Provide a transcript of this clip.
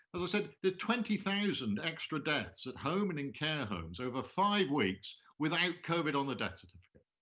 as i said, the twenty thousand extra deaths at home and in care homes over five weeks without covid on the death certificate.